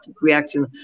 reaction